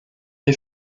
les